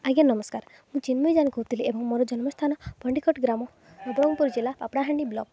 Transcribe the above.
ଆଜ୍ଞା ନମସ୍କାର ମୁଁ ଚିନ୍ମୟୀ ଜାନ୍ କହୁଥିଲି ଏବଂ ମୋର ଜନ୍ମସ୍ଥାନ ପଣ୍ଡିକଟ୍ ଗ୍ରାମ ନବରଙ୍ଗପୁର ଜିଲ୍ଲା ପାପଡ଼ାହାଣ୍ଡି ବ୍ଲକ୍